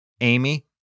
Amy